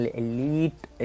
elite